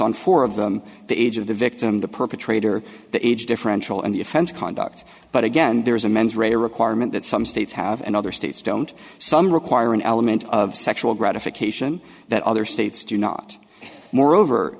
on four of them the age of the victim the perpetrator the age differential and the offense conduct but again there is a mens rea requirement that some states have and other states don't some require an element of sexual gratification that other states do not moreover